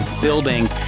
building